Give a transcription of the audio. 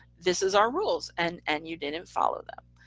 this is our rules and and you didn't follow them.